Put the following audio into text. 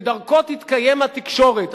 שדרכו תתקיים התקשורת.